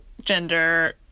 gender